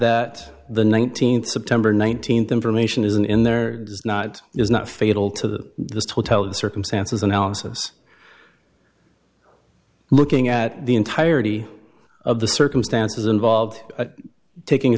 that the nineteenth september nineteenth information isn't in there is not is not fatal to this hotel the circumstances analysis looking at the entirety of the circumstances involved taking a